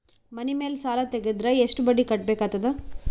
ಮನಿ ಮೇಲ್ ಸಾಲ ತೆಗೆದರ ಎಷ್ಟ ಬಡ್ಡಿ ಕಟ್ಟಬೇಕಾಗತದ?